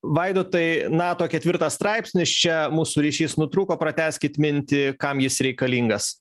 vaidotai nato ketvirtas straipsnis čia mūsų ryšys nutrūko pratęskit mintį kam jis reikalingas